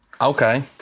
Okay